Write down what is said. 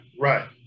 right